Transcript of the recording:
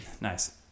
Nice